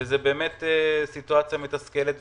מעבודתו וזו באמת סיטואציה מתסכלת.